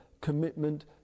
commitment